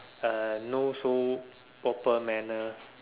uh no so proper manner